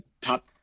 top